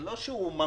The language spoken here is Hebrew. זה לא שהוא ממציא.